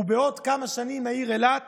ובעוד כמה שנים העיר אילת